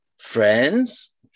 friends